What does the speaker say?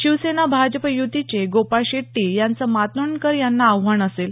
शिवसेना भाजप युतीचे गोपाळ शेट्टी यांचं मातोंडकर यांना आव्हान असेल